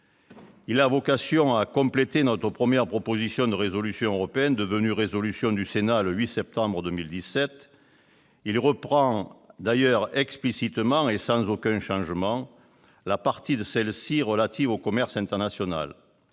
Il a vocation à compléter notre première proposition de résolution européenne, adoptée par le Sénat le 8 septembre 2017. Il reprend d'ailleurs explicitement et sans aucun changement la partie de cette résolution relative au commerce international,